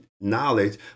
knowledge